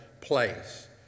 place